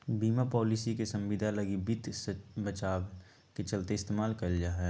बीमा पालिसी के संविदा लगी वित्त बचाव के चलते इस्तेमाल कईल जा हइ